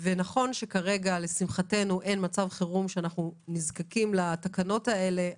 נכון שכרגע לשמחתנו אין מצב חירום שאנחנו נזקקים לתקנות האלה,